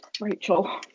Rachel